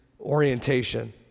orientation